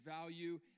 value